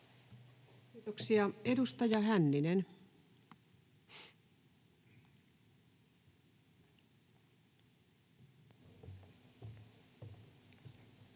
Kiitoksia. — Edustaja Hänninen. Arvoisa